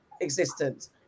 existence